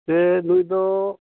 ᱡᱮ ᱱᱩᱭᱫᱚ